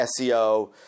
seo